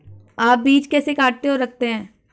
आप बीज कैसे काटते और रखते हैं?